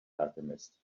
alchemist